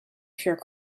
pure